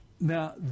Now